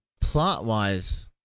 plot-wise